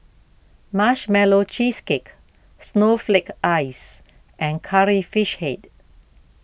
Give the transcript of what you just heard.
Marshmallow Cheesecake Snowflake Ice and Curry Fish Head